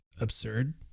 absurd